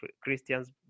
Christians